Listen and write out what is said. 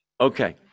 Okay